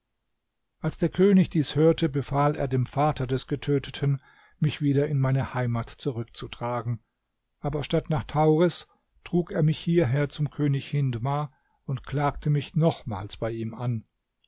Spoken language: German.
als der könig dies hörte befahl er dem vater des getöteten mich wieder in meine heimat zurückzutragen aber statt nach tauris trug er mich hierher zum könig hindmar und klagte mich nochmals bei ihm an